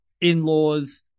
in-laws